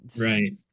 Right